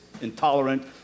intolerant